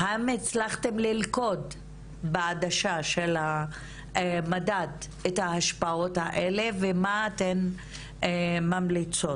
האם הצלחתן ללכוד בעדשה של המדד את ההשפעות האלה ומה אתן ממליצות?